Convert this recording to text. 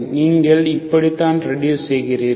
நீங்கள் இப்படித்தான் ரெடுஸ் செய்யிறீர்கள்